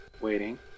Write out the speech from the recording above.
Waiting